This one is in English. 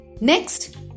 Next